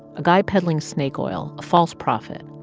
a guy peddling snake oil, a false profit.